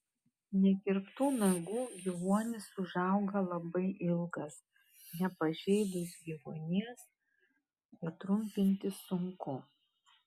nekirptų nagų gyvuonis užauga labai ilgas nepažeidus gyvuonies patrumpinti sunku